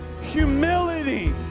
humility